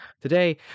Today